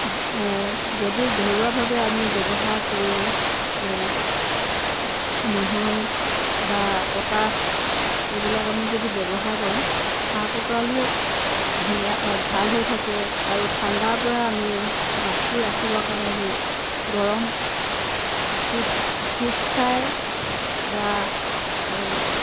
যদি ঘৰুৱাভাৱে আমি ব্যৱহাৰ কৰোঁ নহৰু বা পটাচ সেইবিলাক আমি যদি ব্যৱহাৰ কৰোঁ হাঁহ কুকুৰাবোৰ ধুনীয়া ভাল হৈ থাকে আৰু ঠাণ্ডাৰপৰা আমি বাচি ৰাখিবৰ কাৰণে আমি গৰম ফুট ফুটছাই বা